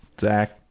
Zach